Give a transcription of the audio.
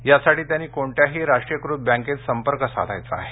यासाठी त्यांनी कोणत्याही राष्ट्रीयकृत बँकेत संपर्क साधायचा आहे